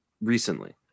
Recently